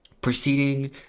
proceeding